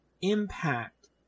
impact